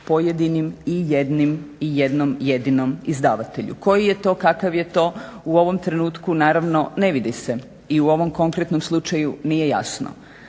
pojedinim i jednim i jednom jedinom izdavatelju. Koji je to, kakav je to, u ovom trenutku naravno ne vidi se i u ovom konkretnom slučaju nije jasno